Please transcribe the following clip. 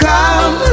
Come